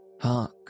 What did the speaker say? Hark